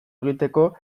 egiteko